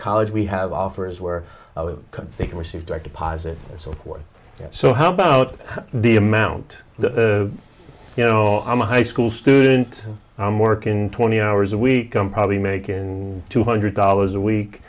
college we have offers where they can receive direct deposit so forth so how about the amount that you know i'm a high school student i'm working twenty hours a week i'm probably making two hundred dollars a week